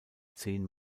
zehn